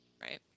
Right